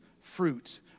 fruit